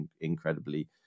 incredibly